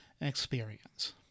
experience